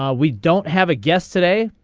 um we don't have a guest today.